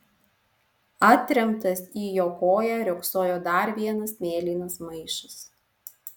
atremtas į jo koją riogsojo dar vienas mėlynas maišas